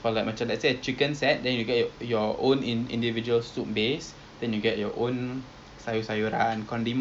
oh what's new ah like or rather what because december semua holidays we should like explore more places